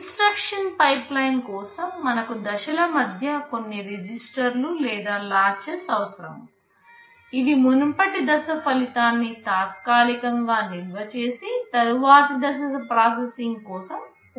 instruction pipeline కోసంమనకు దశల మధ్య కొన్ని రిజిస్టర్లు లేదా లాచెస్ అవసరం ఇది మునుపటి దశ ఫలితాన్ని తాత్కాలికంగా నిల్వ చేసి తరువాతి దశ ప్రాసెసింగ్ కోసం ఉపయోగించబడుతుంది